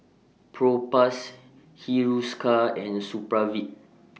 Propass Hiruscar and Supravit